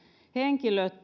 henkilöt